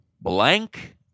Blank